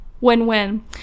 win-win